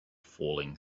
falling